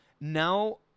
Now